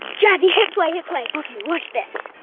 jazzy hit play! hit play! okay watch this.